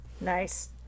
Nice